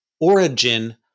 origin